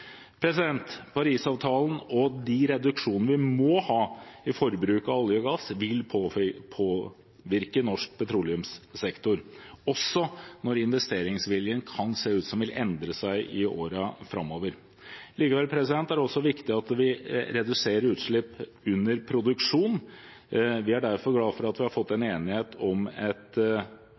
Parisavtalen og de reduksjonene vi må ha i forbruk av olje og gass, vil påvirke norsk petroleumssektor også når det kan se ut som investeringsviljen vil endre seg i årene framover. Videre er det viktig at vi reduserer utslipp under produksjon. Jeg er derfor glad for at vi har fått en enighet i komiteen om